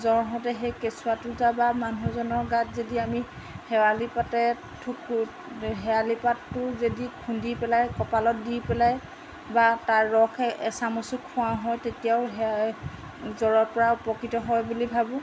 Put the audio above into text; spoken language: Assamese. জ্বৰ হওঁতে সেই কেঁচুৱাটো তাৰপৰা মানুহজনৰ গাত যদি আমি শেৱালি পাতে শেৱালি পাতটো যদি খুন্দি পেলাই কপালত দি পেলাই বা তাৰ ৰসেই এচামুচ খোৱাওঁ হয় তেতিয়াও সেই জ্বৰৰপৰা উপকৃত হয় বুলি ভাবোঁ